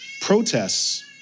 protests